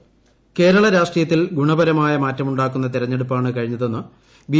ശ്രീധരൻപിള്ള കേരള രാഷ്ട്രീയത്തിൽ ഗുണപരമായ മാറ്റമുണ്ടാക്കുന്ന തിരഞ്ഞെടുപ്പാണ് കഴിഞ്ഞതെന്ന് ബി